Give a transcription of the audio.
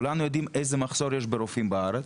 כולנו יודעים איזה מחסור יש ברופאים בארץ,